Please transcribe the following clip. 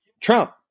Trump